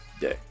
day